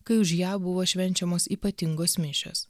kai už ją buvo švenčiamos ypatingos mišios